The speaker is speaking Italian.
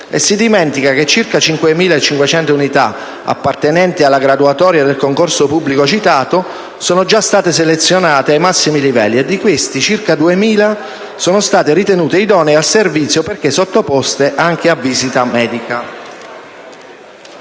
e si dimentica che circa 5.500 unità, appartenenti alla graduatoria del concorso pubblico citato, sono già state selezionate ai massimi livelli e di queste circa 2.000 sono state ritenute idonee al servizio perché sottoposte anche a visita medica.